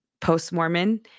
post-Mormon